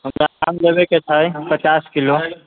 हमरा आम लेबयके छै पचास किलो